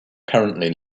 currently